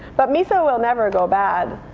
but miso will never go bad.